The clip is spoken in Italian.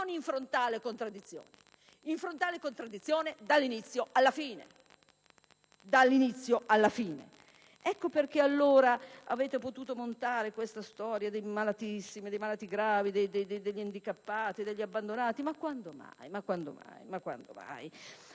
una frontale contraddizione dall'inizio alla fine. Lo sottolineo: dall'inizio alla fine. Ecco perché, allora, avete potuto montare questa storia dei malatissimi, dei malati gravi, degli handicappati, degli abbandonati. Ma quando mai?